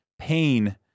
pain